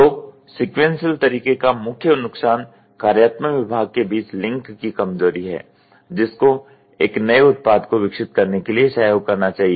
तो सिक़्वेन्सिअल तरीके का मुख्य नुकसान कार्यात्मक विभाग के बीच लिंक की कमजोरी है जिस को एक नए उत्पाद को विकसित करने के लिए सहयोग करना चाहिए